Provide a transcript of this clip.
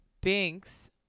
Binks